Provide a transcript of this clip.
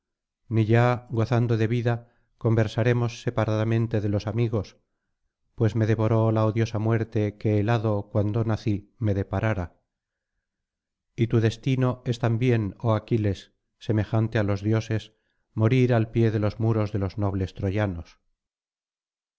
ni ya gozando de vida conversaremos separadamente de los amigos pues me devoró la odiosa muerte que el hado cuando nací me deparara y tu destino es también oh aquiles semejante á los dioses morir al pie de los muros de los nobles troyanos